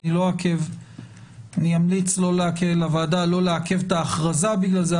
אני אמליץ לוועדה לא לעכב את ההכרזה בגלל זה,